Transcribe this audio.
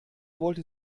wollte